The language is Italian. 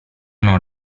non